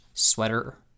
Sweater